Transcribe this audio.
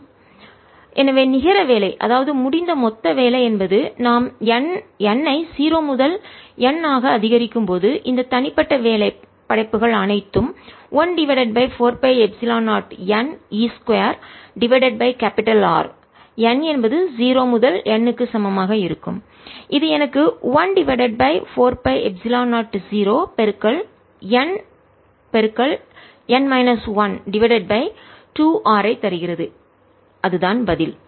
e14π0ne2R எனவே நிகர வேலை அதாவது முடிந்த மொத்த வேலை என்பது நாம் n ஐ 0 முதல் N ஆக அதிகரிக்கும் போது இந்த தனிப்பட்ட வேலை படைப்புகள் அனைத்தும் 1 divided by 4 pi epsilon 0 n e 2 divided by Rn என்பது 0 முதல் N க்கு சமமாக இருக்கும் இது எனக்கு 1 divided by 4 pi epsilon 0 N divided by 2R ஐ தருகிறது அதுதான் பதில்